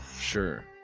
Sure